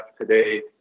today